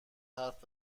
حرف